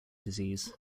disease